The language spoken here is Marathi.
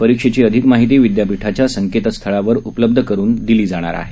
परीक्षेची अधिक माहिती विद्यापीठाच्या संकेतस्थळावर उपलब्ध करुन देण्यात येणार आहे